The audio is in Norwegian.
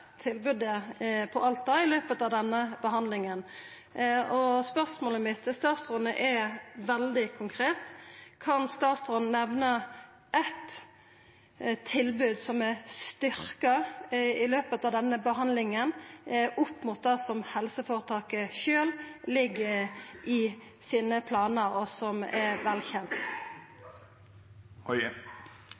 tilbodet i Alta i løpet av denne behandlinga. Spørsmålet mitt til statsråden er veldig konkret: Kan statsråden nemna eitt tilbod som er styrkt i løpet av denne behandlinga, opp mot det som helseføretaket sjølv legg i planane sine, og som er velkjent?